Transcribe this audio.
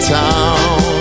town